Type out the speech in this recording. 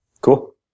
Cool